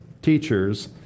Teachers